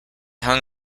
hung